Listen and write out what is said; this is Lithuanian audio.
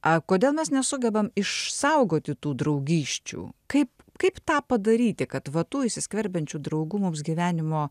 a kodėl mes nesugebam išsaugoti tų draugysčių kaip kaip tą padaryti kad va tų įsiskverbiančių draugų mums gyvenimo